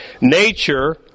Nature